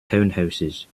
townhouses